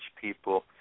people